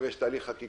אם יש תהליך חקיקה.